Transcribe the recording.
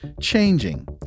changing